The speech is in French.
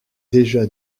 déjà